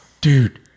dude